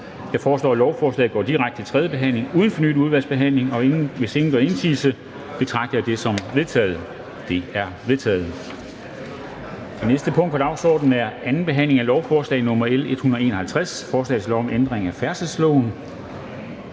Jeg foreslår, at lovforslaget går direkte til tredje behandling uden fornyet udvalgsbehandling. Hvis ingen gør indsigelse, betragter jeg det som vedtaget. Det er vedtaget. --- Det næste punkt på dagsordenen er: 8) 2. behandling af lovforslag nr. L 151: Forslag til lov om ændring af færdselsloven.